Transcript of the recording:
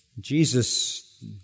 Jesus